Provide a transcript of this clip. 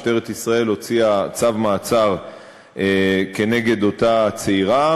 משטרת ישראל הוציאה צו מעצר כנגד אותה צעירה.